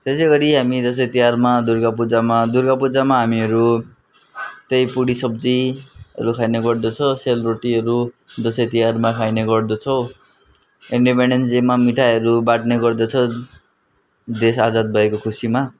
त्यसै गरी हामी दसैँ तिहारमा दुर्गापूजामा दुर्गापूजामा हामीहरू त्यही पुडी सब्जीहरू खाने गर्दछ सेलरोटीहरू दसैँ तिहारमा खाइने गर्दछ इन्डिपेनडेन्स डेमा मिठाईहरू बाँड्ने गर्दछन् देश आजाद भएको खुसीमा